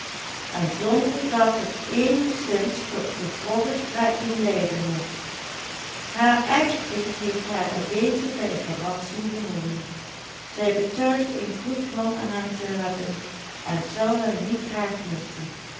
en zonder dat het eenigszins tot gevolgtrekking leiden mocht haar echtvriend heeft haar een beetje bij verrassing genomen zij betuigt een goed man aan hem te hebben en zou hem niet graag missen